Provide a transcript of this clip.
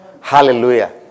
Hallelujah